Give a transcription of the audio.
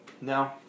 no